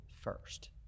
first